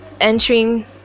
entering